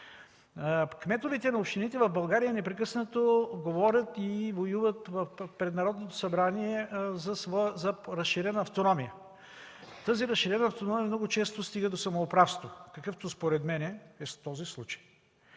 Кметовете на общините в България непрекъснато говорят и воюват пред Народното събрание за своя разширена автономия. Тази разширена автономия много често стига до самоуправство, какъвто според мен е този случай.